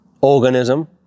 organism